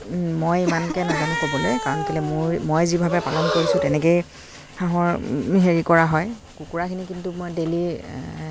মই ইমানকে নাজানো ক'বলৈ কাৰণ কেলে মোৰ মই যিভাৱে পালন কৰিছোঁ তেনেকেই হাঁহৰ হেৰি কৰা হয় কুকুৰাখিনি কিন্তু মই ডেইলি